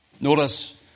Notice